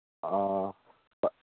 ꯑꯥ ꯑꯥ ꯍꯣꯏ